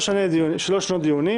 שלוש שנות דיונים